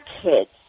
kids